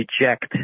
reject